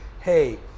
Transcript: Hey